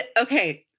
Okay